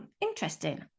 interesting